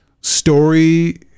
story